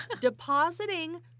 depositing